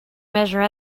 measure